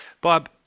Bob